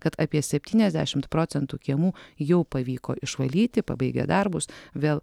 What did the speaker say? kad apie septyniasdešimt procentų kiemų jau pavyko išvalyti pabaigę darbus vėl